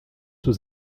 was